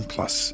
Plus